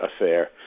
affair